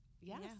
Yes